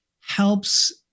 helps